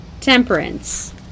Temperance